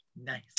Nice